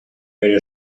però